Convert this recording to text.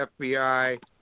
FBI